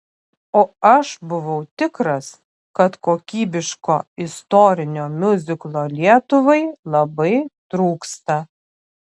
o aš buvau tikras kad kokybiško istorinio miuziklo lietuvai labai trūksta